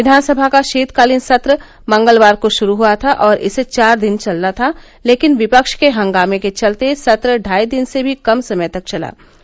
विधानसभा का शीतकालीन सत्र मंगलवार को शुरू हुआ था और इसे चार दिन चलना था लेकिन विपक्ष के हंगामे के चलते सत्र ढाई दिन से भी कम समय तक चल सका